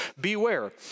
beware